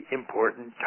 important